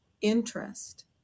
interest